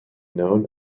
known